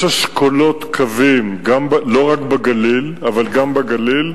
יש אשכולות קווים, לא רק בגליל אבל גם בגליל,